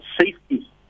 safety